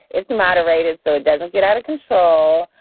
it's moderated so it doesn't get out of control.